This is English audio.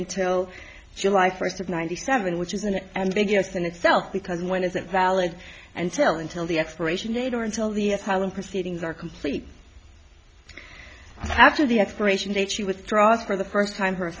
until july first of ninety seven which is an ambiguous in itself because when isn't valid and tell until the expiration date or until the asylum proceedings are complete after the expiration date she withdraws for the first time